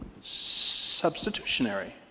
Substitutionary